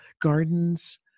gardens